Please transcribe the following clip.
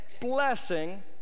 blessing